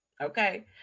Okay